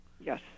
Yes